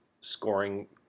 scoring